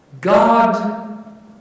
God